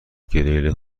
گریل